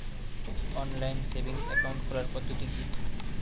Online savings account খোলার পদ্ধতি কি?